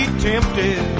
tempted